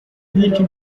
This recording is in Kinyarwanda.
byinshi